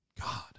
God